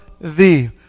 thee